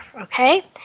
okay